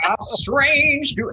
strange